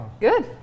Good